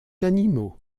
animaux